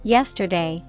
Yesterday